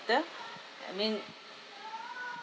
I mean